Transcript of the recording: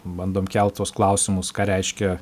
bandom kelt tuos klausimus ką reiškia